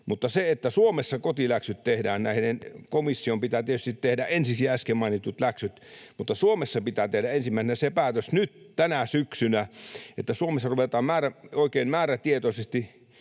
Mutta se, että Suomessa kotiläksyt tehdään... Komission pitää tietysti tehdä ensiksi äsken mainitut läksyt, mutta Suomessa pitää tehdä ensimmäisenä se päätös nyt tänä syksynä, että Suomessa ruvetaan oikein määrätietoisesti